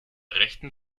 rechten